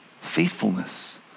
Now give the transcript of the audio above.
faithfulness